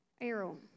Arrow